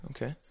Okay